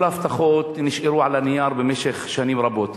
כל ההבטחות נשארו על הנייר במשך שנים רבות.